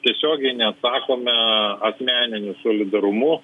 tiesiogiai neatsakome asmeniniu solidarumu